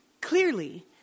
clearly